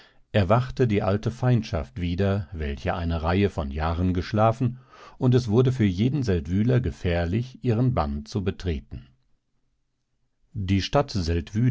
erwachte die alte feindschaft wieder welche eine reihe von jahren geschlafen und es wurde für jeden seldwyler gefährlich ihren bann zu betreten die stadt